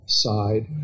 side